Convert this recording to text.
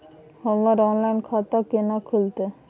हमर ऑनलाइन खाता केना खुलते?